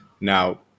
Now